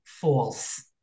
false